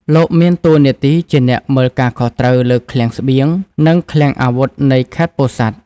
លោកមានតួនាទីជាអ្នកមើលការខុសត្រូវលើឃ្លាំងស្បៀង និងឃ្លាំងអាវុធនៃខេត្តពោធិ៍សាត់។